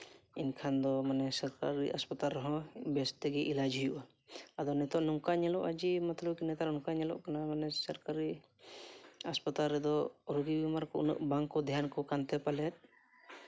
ᱮᱱᱠᱷᱟᱱ ᱫᱚ ᱢᱟᱱᱮ ᱥᱚᱨᱠᱟᱨᱤ ᱦᱟᱥᱯᱟᱛᱟᱞ ᱨᱮᱦᱚᱸ ᱵᱮᱥ ᱛᱮᱜᱮ ᱮᱞᱟᱡᱽ ᱦᱩᱭᱩᱜᱼᱟ ᱟᱫᱚ ᱱᱤᱛᱚᱜ ᱱᱚᱝᱠᱟ ᱧᱮᱞᱚᱜᱼᱟ ᱡᱮ ᱱᱮᱛᱟᱨ ᱢᱟ ᱱᱚᱝᱠᱟ ᱧᱮᱞᱚᱜ ᱠᱟᱱᱟ ᱥᱚᱨᱠᱟᱨᱤ ᱦᱟᱥᱯᱟᱛᱟᱞ ᱨᱮᱫᱚ ᱨᱳᱜᱤ ᱵᱤᱢᱟᱨ ᱠᱚ ᱩᱱᱟᱹᱜ ᱵᱟᱝᱠᱚ ᱫᱷᱮᱭᱟᱱ ᱠᱚ ᱠᱟᱱᱛᱮ ᱯᱟᱞᱮᱫ